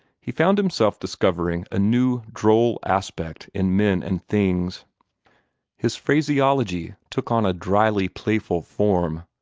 he found himself discovering a new droll aspect in men and things his phraseology took on a dryly playful form,